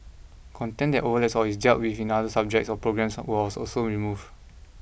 content that overlaps or is dealt with in other subjects or programmes was was also removed